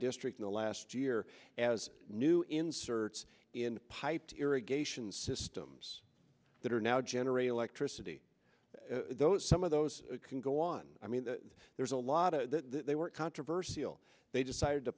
district in the last year as new inserts in piped irrigation systems that are now generate electricity those some of those can go on i mean there's a lot of they were controversial they decided to